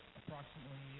approximately